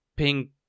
pink